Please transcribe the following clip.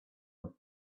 with